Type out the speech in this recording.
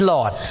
Lord